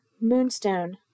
Moonstone